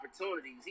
opportunities